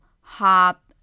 hop